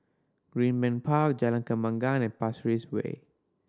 Greenbank Park Jalan Kembangan and Pasir Ris Way